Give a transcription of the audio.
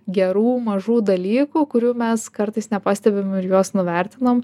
gerų mažų dalykų kurių mes kartais nepastebim ir juos nuvertinam